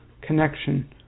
connection